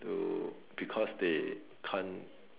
to because they can't